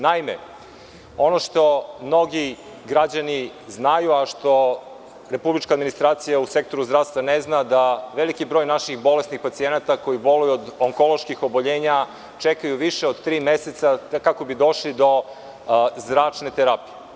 Naime, ono što mnogi građani znaju, a što republička administracija u Sektoru zdravstva ne zna da veliki broj naših bolesnih pacijenata koji boluju od onkoloških oboljenja, čekaju više od tri meseca kako bi došli do zračne terapije.